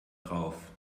drauf